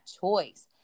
choice